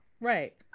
right